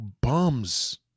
bums